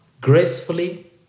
gracefully